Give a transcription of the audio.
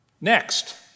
next